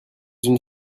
une